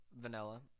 vanilla